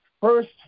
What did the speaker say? first